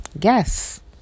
yes